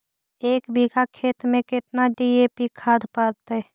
एक बिघा खेत में केतना डी.ए.पी खाद पड़तै?